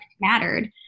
mattered